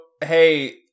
hey